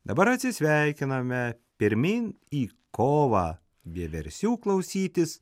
dabar atsisveikiname pirmyn į kovą vieversių klausytis